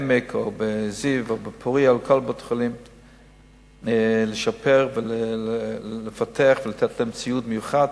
או ב"עמק" או ב"זיו" או ב"פורייה" לשפר ולפתח ולתת להם ציוד מיוחד.